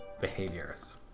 behaviors